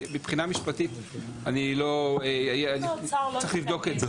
מבחינה משפטית אני צריך לבדוק את זה.